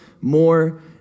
more